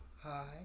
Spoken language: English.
Hi